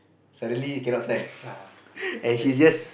suddenly cannot stand and she just